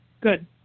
Good